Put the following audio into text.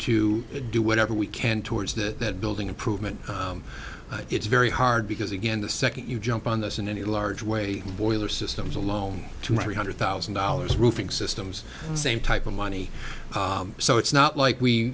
to do whatever we can towards that building improvement it's very hard because again the second you jump on this in any large way boiler systems alone to marry hundred thousand dollars roofing systems the same type of money so it's not like we